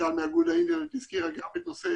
מי-טל מאיגוד האינטרנט הזכירה גם את נושא